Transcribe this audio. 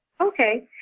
okay